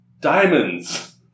diamonds